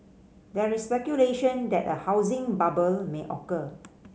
there is speculation that a housing bubble may occur